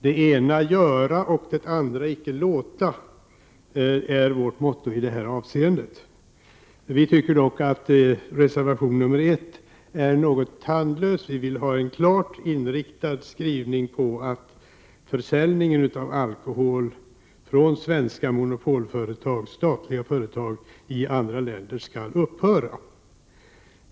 Det ena göra och det andra icke låta, är vårt motto i detta avseende. Vi anser dock att reservation nr 1 är något tandlös. I stället vill vi ha en klart inriktad skrivning på att försäljning av alkohol från svenska statliga monopolföretag till andra länder skall upphöra.